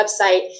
website